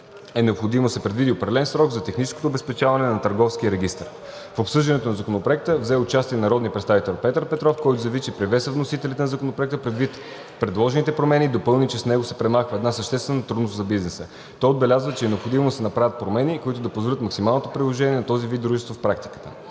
е необходимо да се предвиди определен срок за технологичното обезпечаване на Търговския регистър. В обсъждането на Законопроекта взе участие народният представител Петър Петров, който заяви, че приветства вносителите на Законопроекта, предвид предложените промени, и допълни, че с него се премахва една съществена трудност за бизнеса. Той отбеляза, че е необходимо да се направят промени, които да позволят максималното приложение на този вид дружество в практиката.